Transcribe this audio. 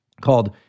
called